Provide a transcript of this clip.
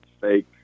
fake